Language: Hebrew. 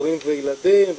הורים וילדים,